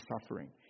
suffering